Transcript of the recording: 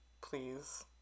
Please